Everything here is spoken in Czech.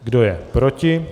Kdo je proti?